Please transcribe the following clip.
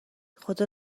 خدا